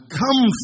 come